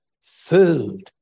filled